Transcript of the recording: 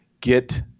get